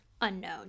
unknown